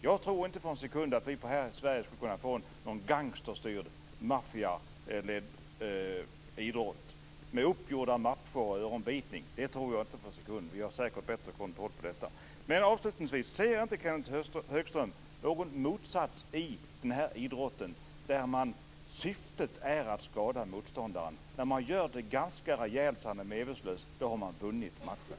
Jag tror inte för en sekund att vi här i Sverige skulle kunna få någon gangsterstyrd maffialedd idrott med uppgjorda matcher och öronbitning. Det tror jag inte för en sekund. vi har säkert bättre kontroll på detta. Avslutningsvis: Ser inte Kenth Högström någon motsättning i den här idrotten, där syftet är att skada motståndaren? När man gör det ganska rejält så att motståndaren är medvetslös, då har man vunnit matchen.